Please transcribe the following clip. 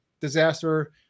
disaster